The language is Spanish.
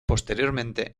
posteriormente